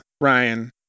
Ryan